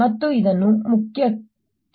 ಮತ್ತು ಇದನ್ನು ಮುಖ್ಯಕ್ಕೆ ಸಂಪರ್ಕಿಸಲಾಗಿದೆ